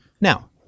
Now